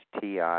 TI